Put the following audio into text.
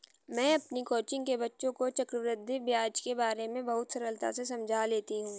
मैं अपनी कोचिंग के बच्चों को चक्रवृद्धि ब्याज के बारे में बहुत सरलता से समझा लेती हूं